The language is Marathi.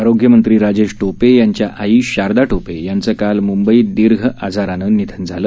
आरोग्यमंत्री राजेश टोपे यांच्या आई शारदा टोपे यांचं काल मुंबईत दीर्घ आजारानं निधन झालं